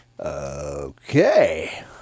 Okay